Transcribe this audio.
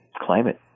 climate